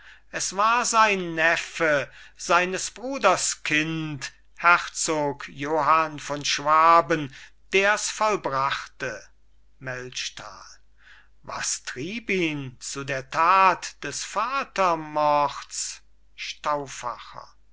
es war sein neffe seines bruders kind herzog johann von schwaben der's vollbrachte melchtal was trieb ihn zu der tat des vatermords